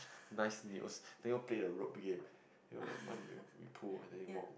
nice nails then go play the rope game you know the one we pull then we walk